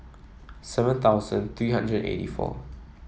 seven thousand three hundred and eighty four